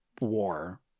war